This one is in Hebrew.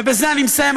ובזה אני מסיים,